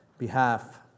behalf